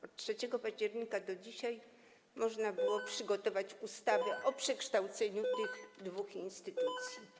Od 3 października do dzisiaj można było przygotować ustawę o przekształceniu tych dwóch instytucji.